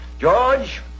George